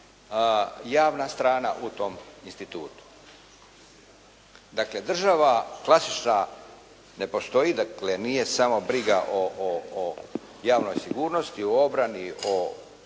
javna strana u tom institutu. Dakle država klasična ne postoji, dakle nije samo briga o javnoj sigurnosti, o obrani, o